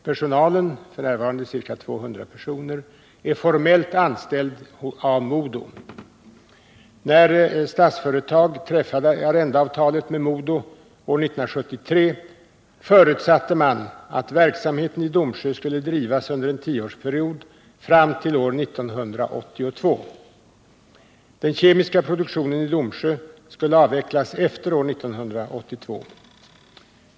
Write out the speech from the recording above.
Personalen, f. n. ca 200 personer, är formellt anställd hos MoDo. När Statsföretag träffade arrendeavtalet med MoDo år 1973 förutsatte man att verksamheten i Domsjö skulle drivas under en tioårsperiod fram till år 1982. Den kemiska produktionen i Domsjö skulle avvecklas efter år 1982.